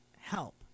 help